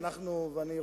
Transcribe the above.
ואני רוצה,